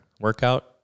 workout